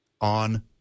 On